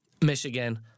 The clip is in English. Michigan